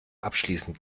abschließend